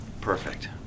Perfect